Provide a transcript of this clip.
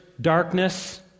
darkness